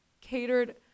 catered